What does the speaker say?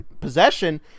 possession